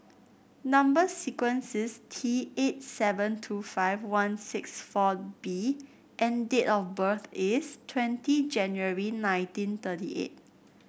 number sequence is T eight seven two five one six four B and date of birth is twenty January nineteen thirty eight